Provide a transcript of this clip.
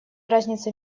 разница